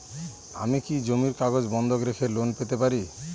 আমি কি জমির কাগজ বন্ধক রেখে লোন পেতে পারি?